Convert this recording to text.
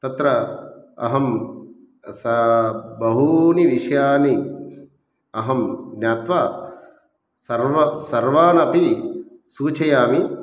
तत्र अहं सा बहूनि विषयाणि अहं ज्ञात्वा सर्व सर्वानपि सूचयामि